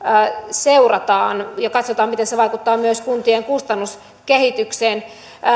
seurataan ja katsotaan miten se vaikuttaa myös kuntien kustannuskehitykseen